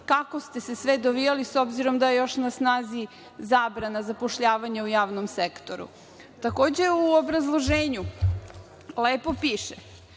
kako ste se sve dovijali, s obzirom, da je još na snazi zabrana zapošljavanja u javnom sektoru. Takođe, u obrazloženju lepo piše